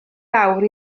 lawr